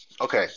Okay